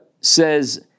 says